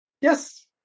Yes